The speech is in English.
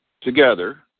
together